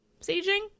Sieging